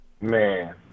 Man